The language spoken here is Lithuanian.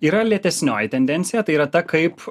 yra lėtesnioji tendencija tai yra ta kaip